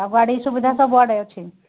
ଆଉ ଗାଡ଼ି ସୁବିଧା ତ ସବୁଆଡ଼େ ଅଛି